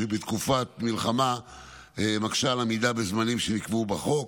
כשתקופת מלחמה מקשה על עמידה בזמנים שנקבעו בחוק.